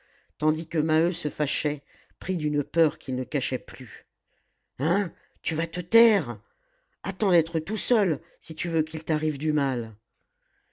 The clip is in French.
tandis que maheu se fâchait pris d'une peur qu'il ne cachait plus hein tu vas te taire attends d'être tout seul si tu veux qu'il t'arrive du mal